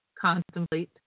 contemplate